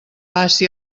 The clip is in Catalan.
passi